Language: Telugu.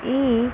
ఈ